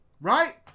right